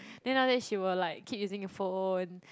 then after that she will like keep using the phone